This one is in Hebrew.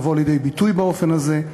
לבוא לידי ביטוי באופן הזה.